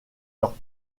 leurs